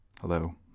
Hello